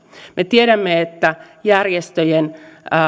me tiedämme että järjestöjen